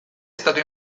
stato